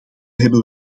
hebben